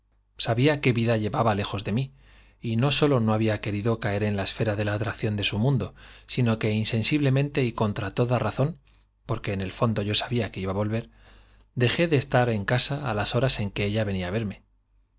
sabía qué vida llevba lejos de mí y no sólo no había querido caer en la esfera de atracción de su mundo sino que insensiblemente y contra toda razón porq ue en el fondo yo sabía que iba á volver dejé de estar en casa á las horas en que ella venía á verme